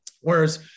Whereas